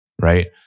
right